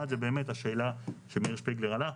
אחד זה באמת השאלה שמאיר שפיגלר העלה,